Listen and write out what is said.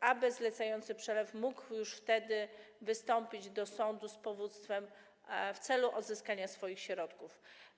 aby zlecający przelew mógł już wtedy wystąpić do sądu z powództwem w celu odzyskania swoich środków.